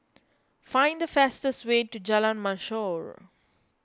find the fastest way to Jalan Mashor